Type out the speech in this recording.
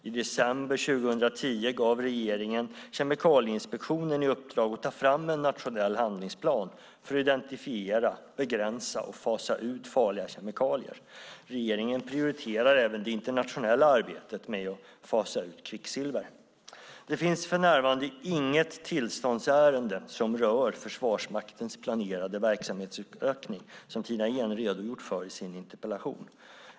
I december 2010 gav regeringen Kemikalieinspektionen i uppdrag att ta fram en nationell handlingsplan för att identifiera, begränsa och fasa ut farliga kemikalier. Regeringen prioriterar även det internationella arbetet med att fasa ut kvicksilver. Det finns för närvarande inget tillståndsärende som rör Försvarsmaktens planerade verksamhetsutökning, som Tina Ehn redogjort för i sin interpellation.